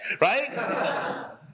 right